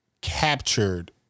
captured